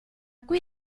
qui